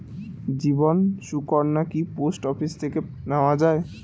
জীবন সুকন্যা কি post office থেকে নেওয়া যায়?